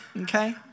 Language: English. okay